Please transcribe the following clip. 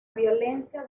violencia